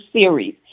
series